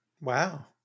Wow